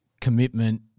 commitment